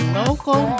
local